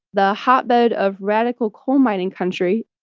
the hotbed of radical coal mining country